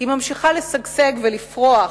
היא ממשיכה לשגשג ולפרוח,